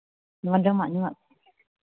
ᱡᱚᱢᱟᱜ ᱧᱩᱣᱟᱜ ᱠᱚ